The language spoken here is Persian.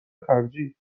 خرجی